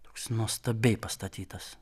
toks nuostabiai pastatytas